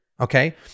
Okay